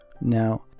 Now